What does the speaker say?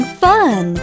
fun